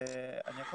אני יכול